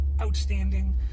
outstanding